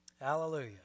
Hallelujah